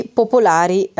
popolari